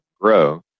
grow